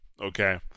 Okay